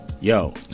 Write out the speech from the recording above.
Yo